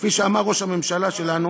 כפי שאמר ראש הממשלה שלנו,